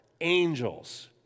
angels